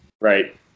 Right